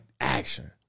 action